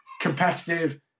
Competitive